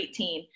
18